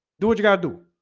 do what you gotta do